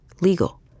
legal